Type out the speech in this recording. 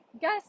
guess